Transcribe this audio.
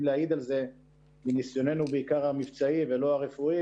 להעיד על זה מניסיוננו בעיקר המבצעי ולא הרפואי,